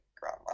grandma